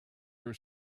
your